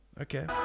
okay